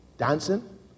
Dancing